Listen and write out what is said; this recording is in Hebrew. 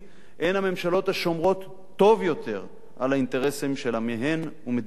הממשלות השומרות טוב יותר על האינטרסים של עמיהן ומדינותיהן.